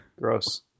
Gross